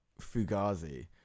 Fugazi